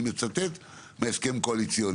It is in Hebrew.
אני מצטט מההסכם הקואליציוני.